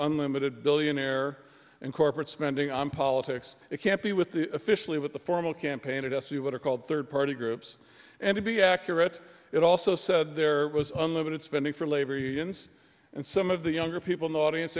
unlimited billionaire and corporate spending on politics it can't be with the officially with the formal campaign attest to what are called third party groups and to be accurate it also said there was unlimited spending for labor unions and some of the younger people in the audience